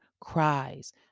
cries